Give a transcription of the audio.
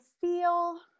feel